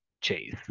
chase